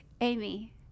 Amy